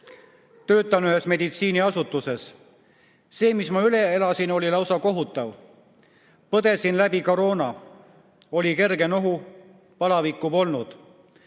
Töötan ühes meditsiiniasutuses. See, mis ma üle elasin, oli lausa kohutav. Põdesin läbi koroona, oli kerge nohu, palavikku polnud.